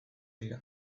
dira